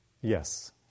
Yes